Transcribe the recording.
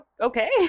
okay